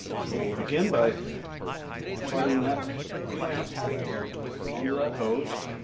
so we'll begin by sliding that clamp onto that hose.